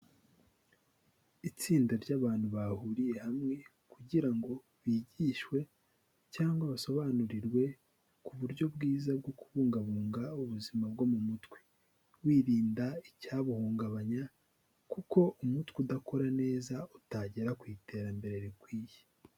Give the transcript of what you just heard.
Itsinda ry'abantu bahuriye hamwe kugira ngo bigishwe cyangwa basobanurirwe ku buryo bwiza bwo kubungabunga ubuzima bwo mu mutwe wirinda icyabuhungabanya kuko umutwe udakora neza utagera ku iterambere rikwiye.